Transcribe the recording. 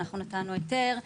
אנחנו נתנו היתר,